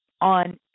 on